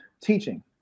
teaching